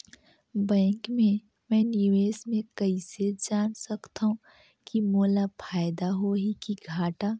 Bank मे मैं निवेश मे कइसे जान सकथव कि मोला फायदा होही कि घाटा?